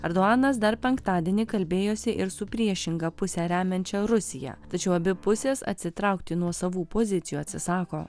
erdoanas dar penktadienį kalbėjosi ir su priešingą pusę remiančia rusija tačiau abi pusės atsitraukti nuo savų pozicijų atsisako